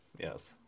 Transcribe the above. Yes